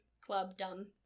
Club-Dumb